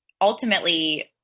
ultimately